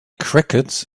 crickets